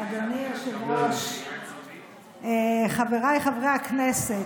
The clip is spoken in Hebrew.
אדוני היושב-ראש, חבריי חברי הכנסת,